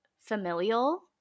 familial